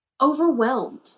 Overwhelmed